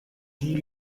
die